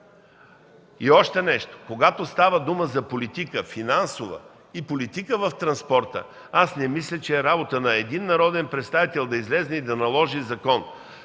Още нещо, когато става дума за финансова политика и политика в транспорта, аз не мисля, че е работа на един народен представител да излезе и да наложи закон.